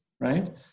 right